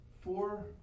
four